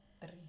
three